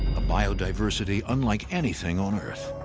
a biodiversity unlike anything on earth.